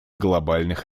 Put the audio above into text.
глобальных